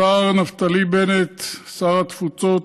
השר נפתלי בנט, שר התפוצות,